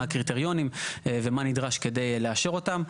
מה הקריטריונים ומה נדרש כדי לאשר אותם.